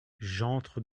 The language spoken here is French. j’entre